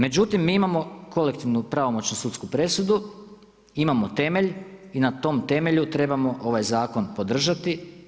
Međutim, mi imamo kolektivnu pravomoćnu sudsku presudu, imamo temelj i na tom temelju trebamo ovaj zakon podržati.